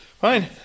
Fine